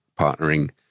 partnering